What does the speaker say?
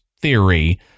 theory